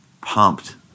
pumped